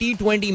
T20